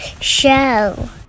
Show